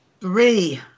Three